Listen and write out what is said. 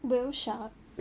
whale shark